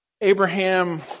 Abraham